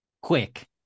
quick